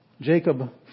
Jacob